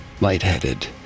lightheaded